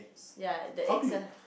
ya the eggs are